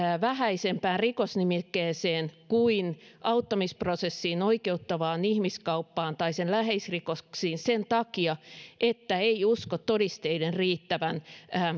vähäisempään rikosnimikkeeseen kuin auttamisprosessiin oikeuttavaan ihmiskauppaan tai sen läheisrikoksiin sen takia että ei uskota todisteiden riittävän